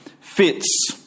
fits